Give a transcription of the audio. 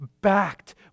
backed